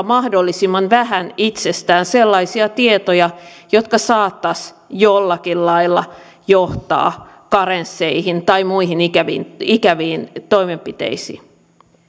mahdollisimman vähän itsestään sellaisia tietoja jotka saattaisivat jollakin lailla johtaa karensseihin tai muihin ikäviin ikäviin toimenpiteisiin